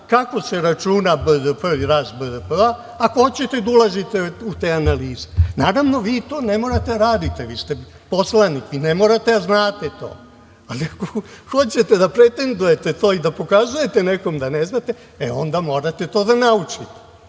kako se računa BDP i rast BDP, ako hoćete da ulazite u te analize. Naravno, vi to ne morate da radite, vi ste poslanik, vi to ne morate da znate, ali ako hoćete da pretendujete to i da pokazujete nekome da ne znate, onda morate to da naučite. Dakle,